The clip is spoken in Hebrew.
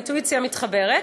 והאינטואיציה מתחברת.